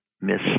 miss